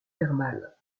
thermales